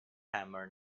hammer